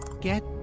get